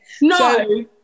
No